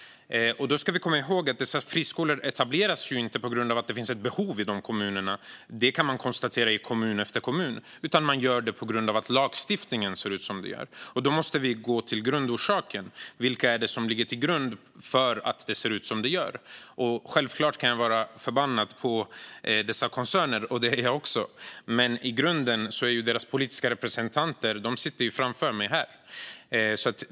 Vi ska komma ihåg att dessa friskolor inte etableras på grund av att det finns ett behov i dessa kommuner; det kan man konstatera i kommun efter kommun. De etableras på grund av att lagstiftningen ser ut som den gör. Därför måste vi gå till grundorsaken. Vilka är det som ligger bakom att det ser ut som det gör? Självklart kan jag vara förbannad på dessa koncerner - och det är jag också - men i grunden är det ju deras politiska representanter som sitter framför mig här.